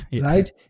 right